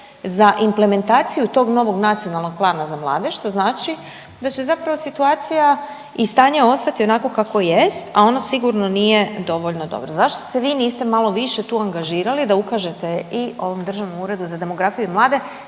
za implementaciju tog novog Nacionalnog plana za mlade što znači da će zapravo situacija i stanje ostati onakvo kakvo jest a ono sigurno nije dovoljno dobro. Zašto se vi niste malo više tu angažirali da ukažete i ovom Državnom uredu za demografiju i mlade